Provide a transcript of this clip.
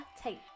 take